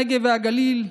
הנגב והגליל,